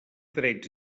drets